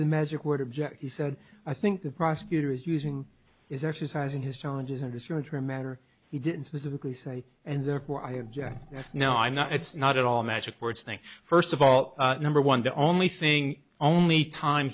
he said i think the prosecutor is using is exercising his challenges in this your term matter he didn't specifically say and therefore i have no i'm not it's not at all a magic words thing first of all number one the only thing only time